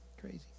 crazy